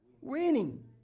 winning